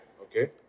Okay